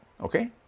okay